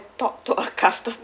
talk to a customer